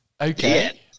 Okay